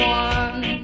one